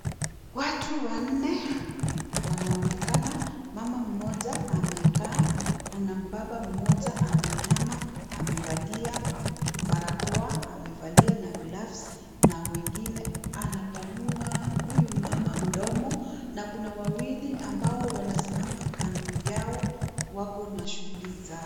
Watu wanne wanaonekana mama mmoja amekaa, kuna baba mmoja ameinama amevalia barakoa amevalia na gloves , na wengine anapanua huyu mama mdomo, na kuna wawili ambao wanasimama kando yao, wako na shughuli zao.